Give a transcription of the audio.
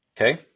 Okay